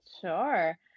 Sure